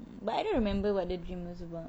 but I don't remember what the dream was about